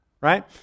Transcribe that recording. right